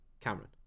Cameron